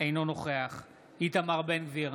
אינו נוכח איתמר בן גביר,